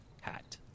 hat